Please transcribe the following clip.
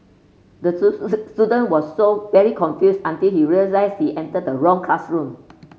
the student was so very confused until he realised he entered the wrong classroom